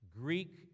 Greek